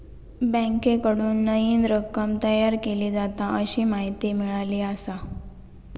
बँकेकडून नईन रक्कम तयार केली जाता, अशी माहिती मिळाली आसा